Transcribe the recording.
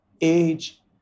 age